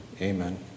Amen